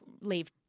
leave